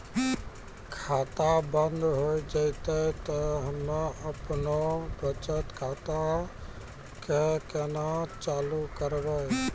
खाता बंद हो जैतै तऽ हम्मे आपनौ बचत खाता कऽ केना चालू करवै?